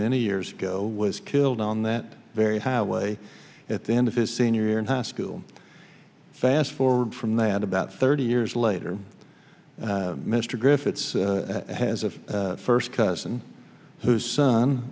many years ago was killed on that very highway at the end of his senior year in high school fast forward from there and about thirty years later mr griffiths has a first cousin whose son